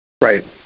Right